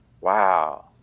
wow